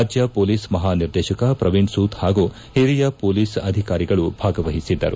ರಾಜ್ಯ ಪೊಲೀಸ್ ಮಹಾ ನಿರ್ದೇಶಕ ಪ್ರವೀಣ್ ಸೂದ್ ಹಾಗೂ ಹಿರಿಯ ಪೊಲೀಸ್ ಅಧಿಕಾರಿಗಳು ಭಾಗವಹಿಸಿದ್ದರು